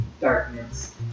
darkness